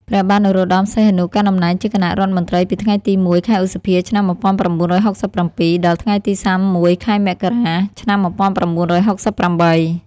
ព្រះបាទនរោត្តម សីហនុ កាន់តំណែងជាគណៈរដ្ឋមន្ត្រីពីថ្ងៃទី១ ខែឧសភា ឆ្នាំ១៩៦៧ ដល់ថ្ងៃទី ៣១ ខែមករា ឆ្នាំ១៩៦៨។